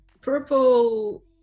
purple